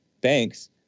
banks